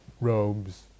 robes